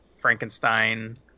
Frankenstein